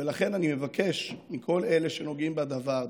ולכן אני מבקש מכל אלה שנוגעים בדבר,